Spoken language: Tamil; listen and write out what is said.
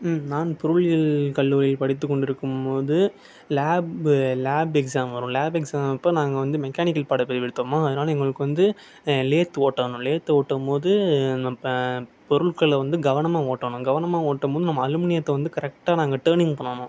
நான் பொருளியல் கல்லூரி படித்துக் கொண்டிருக்கும் போது லேப் லேப் எக்ஸாம் வரும் லேப் எக்ஸாம் அப்போது நாங்கள் வந்து மெக்கானிக்கல் பாட பிரிவு எடுத்தோமா அதனால் எங்களுக்கு வந்து லேத் ஓடணும் லேத் ஓட்டும்போது பொருட்களை வந்து கவனமாக ஓடணும் கவனமாக ஓடும்போது நாம் அலுமினியத்தை வந்து கரெக்ட்டாக நாங்கள் டேர்னிங் பண்ணனும்